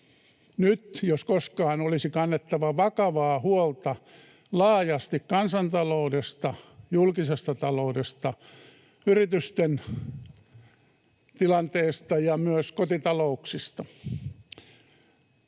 Nyt, jos koskaan, olisi kannettava vakavaa huolta laajasti kansantaloudesta, julkisesta taloudesta, yritysten tilanteesta ja myös kotitalouksista.